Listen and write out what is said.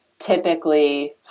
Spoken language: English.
typically